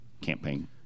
campaign